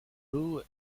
boo